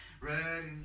ready